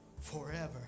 forever